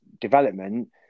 development